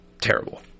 terrible